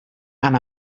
amb